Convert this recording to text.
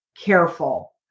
careful